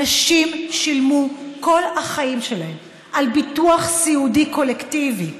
אנשים שילמו כל החיים שלהם על ביטוח סיעודי קולקטיבי.